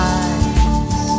eyes